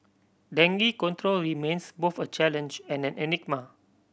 dengue control remains both a challenge and an enigma